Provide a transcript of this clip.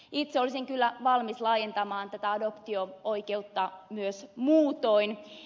itse olisin kyllä valmis laajentamaan tätä adoptio oikeutta myös muutoin